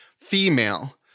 female